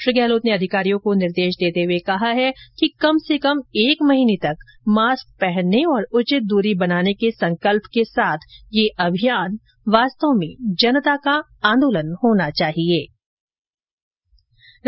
श्री गहलोत ने अधिकारियों को निर्देश देते हुए कहा कि कम से कम एक महीने तक मास्क पहनने और उचित दूरी बनाने के संकल्प के साथ यह अभियान वास्तव में जनता का आंदोलन होना चाहिए जनता ही इसे आगे बढ़ाए